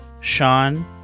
Sean